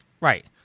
Right